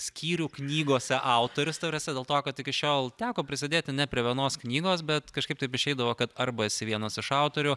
skyrių knygose autorius taip yra dėl to kad iki šiol teko prisidėti ne prie vienos knygos bet kažkaip taip išeidavo kad arba esi vienas iš autorių